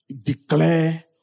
declare